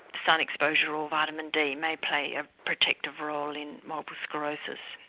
sun exposure or vitamin d may play a protective role in multiple sclerosis.